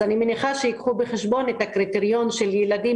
אני מניחה שייקחו בחשבון את הקריטריון של ילדים